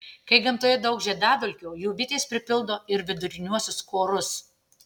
kai gamtoje daug žiedadulkių jų bitės pripildo ir viduriniuosius korus